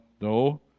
no